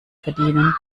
verdienen